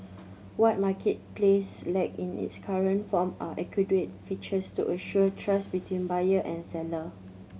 what Marketplace lack in its current form are adequate features to assure trust between buyer and seller